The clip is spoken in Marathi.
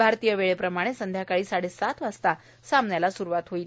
भारतीय वेळेप्रमाणे संध्याकाळी साडेसात वाजता सामन्याला सुरूवात होणार आहे